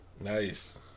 Nice